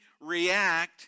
react